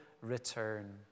return